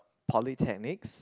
polytechnics